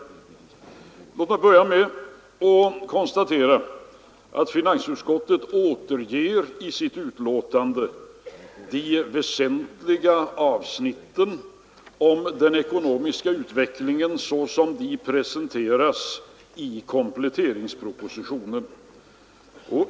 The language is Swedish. Låt oss börja med att konstatera att finansutskottet i sitt betänkande återger de väsentliga avsnitten om den ekonomiska utvecklingen på det sätt som de presenteras i kompletteringspropositionen.